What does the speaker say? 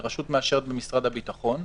לרשות מאשרת במשרד הביטחון.